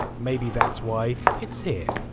maybe that's why it's here.